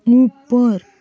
ऊपर